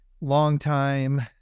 longtime